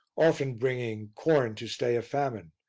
often bringing corn to stay a famine,